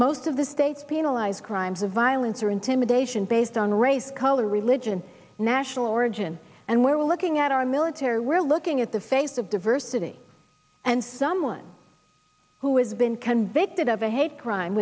most of the states penalize crimes of violence or intimidation based on race color religion national origin and we're looking at our military we're looking at the face of diversity and someone who has been convicted of a hate crime